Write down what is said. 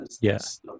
yes